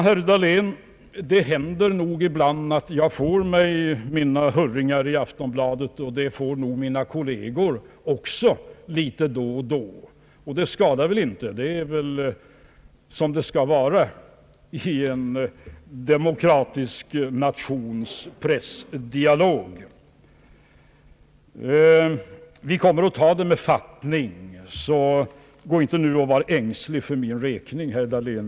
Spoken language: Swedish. Herr Dahlén, det händer nog ibland att jag får mig mina hurrilar i Aftonbladet, och det får nog mina kolleger också litet då och då. Och det skadar inte, det är väl som det skall vara i en demokratisk nations pressdialog. Vi kommer att ta det med fattning, så gå nu inte och var ängslig för min skull, herr Dahlén.